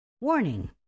Warning